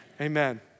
Amen